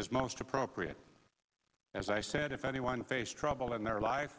is most appropriate as i said if anyone face trouble in their life